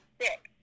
sick